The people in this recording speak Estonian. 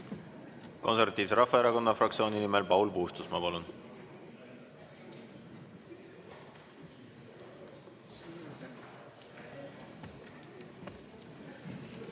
Konservatiivse Rahvaerakonna fraktsiooni nimel Paul Puustusmaa, palun!